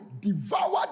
devour